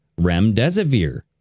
remdesivir